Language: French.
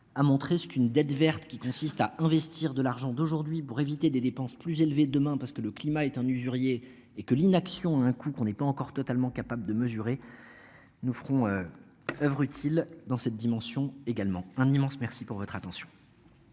à montrer ce qu'une dette verte qui consiste à investir de l'argent d'aujourd'hui pour éviter des dépenses plus élevées demain parce que le climat est un usurier et que l'inaction un coup qu'on n'est pas encore totalement capable de mesurer. Nous ferons. Oeuvre utile dans cette dimension également un immense merci pour votre attention.